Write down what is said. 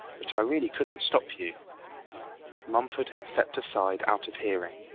but i really couldn't stop you mumford had stepped aside, out of hearing.